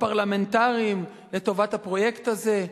הפרלמנטריים, לטובת הפרויקט הזה,